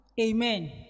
Amen